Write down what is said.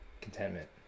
contentment